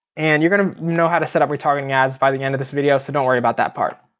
and you're gonna know how to set up retargeting ads by the end of this video, so don't worry about that part.